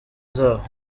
zabo